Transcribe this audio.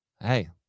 Hey